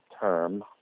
term